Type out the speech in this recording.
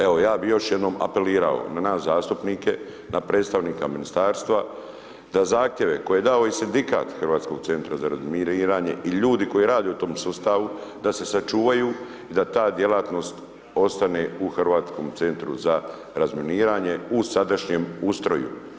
Evo ja bi još jednom apelirao na nas zastupnike, na predstavnika ministarstva da zahtjeve koje dao i sindikat Hrvatskog centra za razminiranje i ljudi koji rade u tom sustavu, da se sačuvaju i da ta djelatnost ostane u Hrvatskom centru za razminiranje u sadašnjem ustroju.